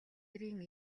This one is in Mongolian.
эрийн